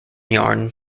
yarn